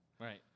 right